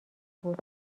بود